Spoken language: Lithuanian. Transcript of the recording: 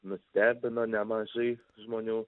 nustebino nemažai žmonių